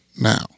now